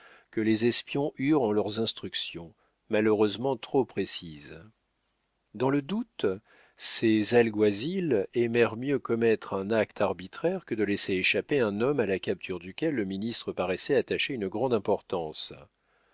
que les espions eurent en leurs instructions malheureusement trop précises dans le doute ces alguasils aimèrent mieux commettre un acte arbitraire que de laisser échapper un homme à la capture duquel le ministre paraissait attacher une grande importance